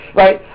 right